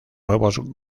nuevos